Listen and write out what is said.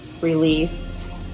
relief